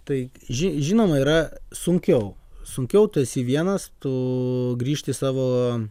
tai ži žinoma yra sunkiau sunkiau tu esi vienas tu grįžti į savo